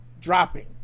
Dropping